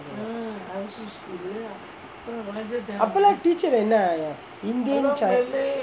ah அப்போ லாம்:appo laam teacher என்ன:enna indian chinese